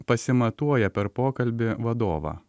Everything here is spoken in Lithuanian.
pasimatuoja per pokalbį vadovą